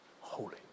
holy